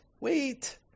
wait